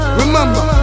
remember